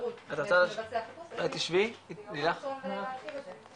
אפשרות לבצע חיפוש וארצה להרחיב על זה.